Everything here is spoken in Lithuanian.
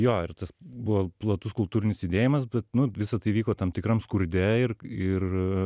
jo ir tas buvo platus kultūrinis judėjimas bet visa tai vyko tam tikram skurde ir ir